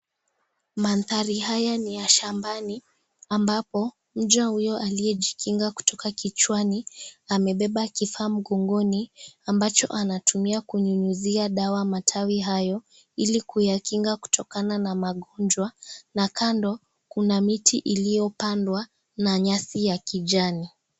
Manthari haya ni ya shambani ,ambapo mcha huyo aliyejikinga kutoka kichwani ,amebeba kifaa mgongoni, ambacho anatumia kunyunyuzia dawa matawi hayo ,ili kuyakinga kutokana na magonjwa, na kando, kuna miti iliyopandwa na nyasi ya kijani.